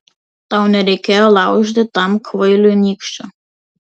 tau nereikėjo laužyti tam kvailiui nykščio